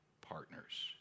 partners